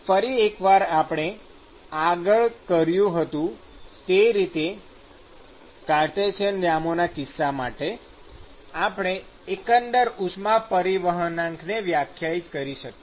ફરી એકવાર આપણે આગળ કર્યું હતું એ રીતે કાર્ટેશિયન યામોના કિસ્સા માટે આપણે એકંદર ઉષ્મા પરિવહનાંક ને વ્યાખ્યાયિત કરી શક્યા